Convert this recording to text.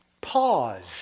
pause